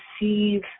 receive